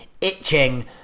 itching